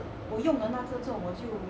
我用了那个之后我就